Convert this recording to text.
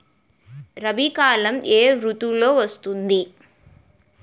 రబీ కాలం ఏ ఋతువులో వస్తుంది?